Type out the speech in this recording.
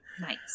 Nice